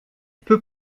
peut